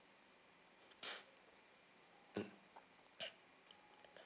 mm